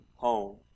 home